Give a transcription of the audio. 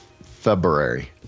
February